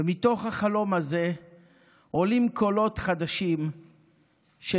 ומתוך החלום הזה עולים קולות חדשים של